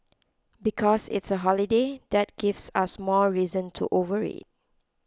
because it's a holiday that gives us more reason to overeat